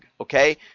okay